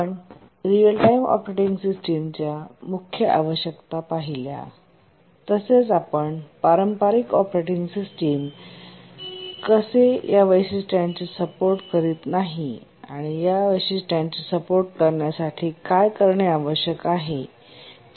आपण real time operating system च्या मुख्य आवश्यकता पाहिल्या तसेच आपण पारंपारिक ऑपरेटिंग सिस्टम कसे या वैशिष्ट्यांचे सपोर्ट करीत नाही आणि या वैशिष्ट्यांचे सपोर्ट करण्यासाठी काय करणे आवश्यक आहे त्या कारणाबद्दल चर्चा केली